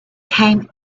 came